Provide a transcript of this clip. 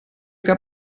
gab